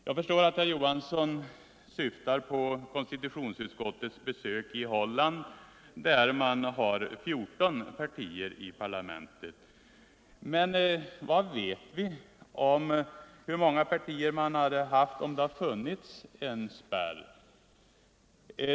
Jag förstår att herr Johansson syftar på konstitutionsutskottets besök i Holland där man har 14 partier i parlamentet. Men vad vet vi om hur många partier man haft om det funnits en spärr?